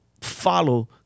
follow